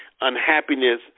unhappiness